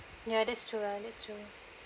ya that's true lah that's true